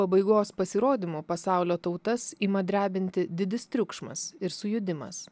pabaigos pasirodymu pasaulio tautas ima drebinti didis triukšmas ir sujudimas